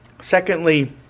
Secondly